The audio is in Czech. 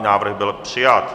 Návrh byl přijat.